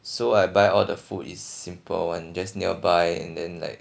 so I buy all the food is simple one just nearby and then like